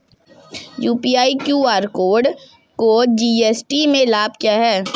UPI QR code वालों को GST में लाभ क्या है?